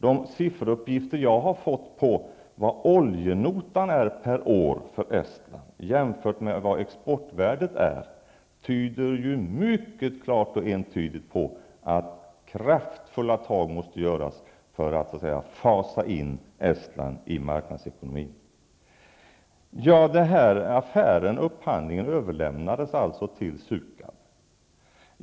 De sifferuppgifter som jag har fått på vad oljenotan är per år för Estland jämfört med vad exportvärdet är, tyder ju mycket klart och entydigt på att kraftfulla åtgärder måste vidtas för att fasa in Estland i marknadsekonomin. Den här affären och upphandlingen överlämnades alltså till Sukab.